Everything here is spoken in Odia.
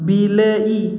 ବିଲେଇ